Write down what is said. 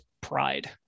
pride